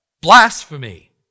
blasphemy